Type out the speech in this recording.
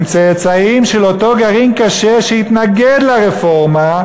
הם צאצאים של אותו גרעין קשה שהתנגד לרפורמה,